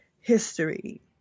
history